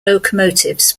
locomotives